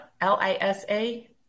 L-I-S-A